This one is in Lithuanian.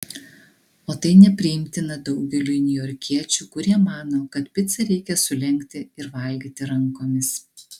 o tai nepriimtina daugeliui niujorkiečių kurie mano kad picą reikia sulenkti ir valgyti rankomis